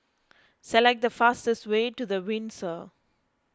select the fastest way to the Windsor